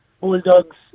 bulldogs